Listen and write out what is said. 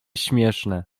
śmieszne